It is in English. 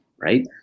right